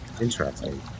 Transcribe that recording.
Interesting